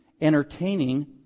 entertaining